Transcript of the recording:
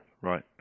Right